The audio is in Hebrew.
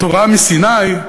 תורה מסיני,